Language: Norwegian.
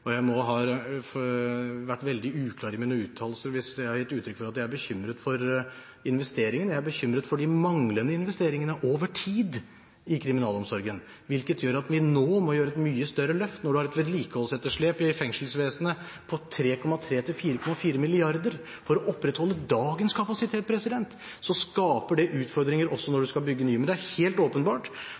Jeg må ha vært veldig uklar i mine uttalelser hvis jeg har gitt uttrykk for at jeg er bekymret for investeringene. Jeg er bekymret for de manglende investeringene over tid i kriminalomsorgen, hvilket gjør at vi nå må gjøre et mye større løft. Når du har et vedlikeholdsetterslep i fengselsvesenet på 3,3–4,4 mrd. kr for å opprettholde dagens kapasitet, skaper det utfordringer også når man skal bygge nye. Det er helt åpenbart